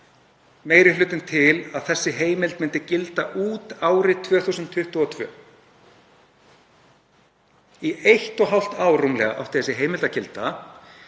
meiri hlutinn til að þessi heimild myndi gilda út árið 2022. Í rúmlega eitt og hálft ár átti þessi heimild að gilda